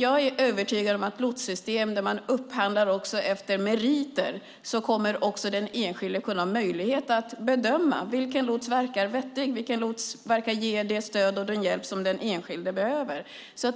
Jag är övertygad om att i ett lotssystem där man upphandlar efter meriter kommer den enskilde att ha möjlighet att bedöma vilken lots som verkar vettig, vilken lots verkar ge det stöd och den hjälp som den enskilde behöver.